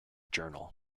journal